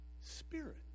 Spirit